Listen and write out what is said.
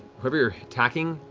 whoever you're attacking,